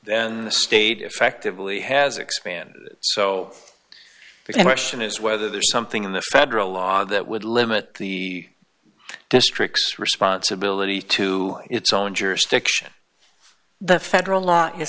the state effectively has expanded it so the question is whether there's something in the federal law that would limit the district's responsibility to its own jurisdiction the federal law